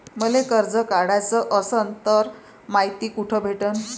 मले कर्ज काढाच असनं तर मायती कुठ भेटनं?